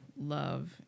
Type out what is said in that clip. love